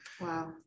Wow